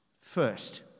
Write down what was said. First